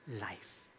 Life